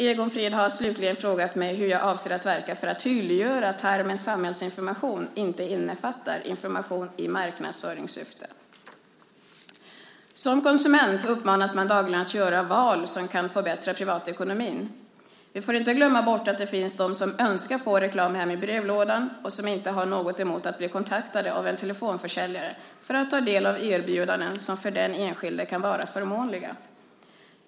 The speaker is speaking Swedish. Egon Frid har slutligen frågat mig hur jag avser att verka för att tydliggöra att termen "samhällsinformation" inte innefattar information i marknadsföringssyfte. Som konsument uppmanas man dagligen att göra val som kan förbättra privatekonomin. Vi får inte glömma bort att det finns de som önskar få reklam hem i brevlådan och som inte har något emot att bli kontaktade av en telefonförsäljare för att ta del av erbjudanden som för den enskilde kan vara förmånliga.